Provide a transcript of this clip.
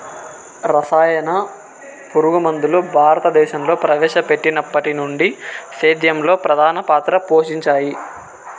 రసాయన పురుగుమందులు భారతదేశంలో ప్రవేశపెట్టినప్పటి నుండి సేద్యంలో ప్రధాన పాత్ర పోషించాయి